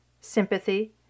sympathy